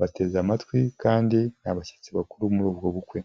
bateze amatwi kandi ni abashyitsi bakuru muri ubwo bukwe.